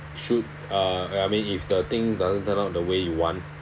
should uh I mean if the thing doesn't turn out the way you want